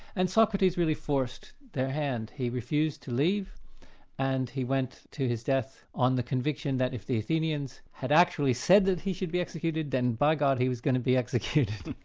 and socrates really forced their hand, he refused to leave and he went to his death on the conviction that if the athenians had actually said he should be executed then by god he was going to be executed.